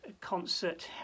concert